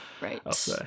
Right